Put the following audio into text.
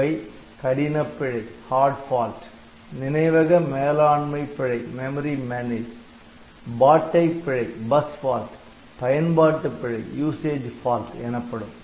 இவை கடினப் பிழை நினைவக மேலாண்மை பிழை பாட்டைப் பிழை பயன்பாட்டு பிழை எனப்படும்